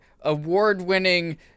award-winning